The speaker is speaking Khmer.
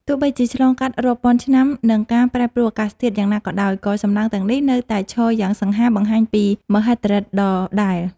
ទោះបីជាឆ្លងកាត់រាប់ពាន់ឆ្នាំ និងការប្រែប្រួលអាកាសធាតុយ៉ាងណាក៏ដោយ ក៏សំណង់ទាំងនេះនៅតែឈរយ៉ាងសង្ហាបង្ហាញពីមហិទ្ធិឫទ្ធិដ៏ដែល។